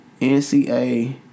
NCA